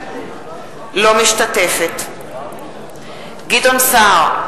אינה משתתפת בהצבעה גדעון סער,